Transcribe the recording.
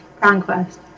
conquest